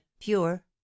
pure